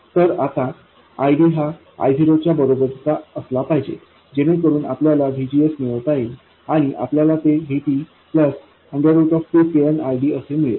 तर आता ID हा I0 च्या बरोबरचा असला पाहिजे जेणेकरून आपल्याला VGS मिळवता येईल आणि आपल्याला ते Vt2kn ID असे मिळेल